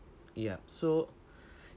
yup so